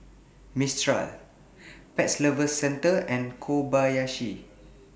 Mistral Pet Lovers Centre and Kobayashi